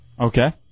Okay